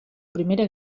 primera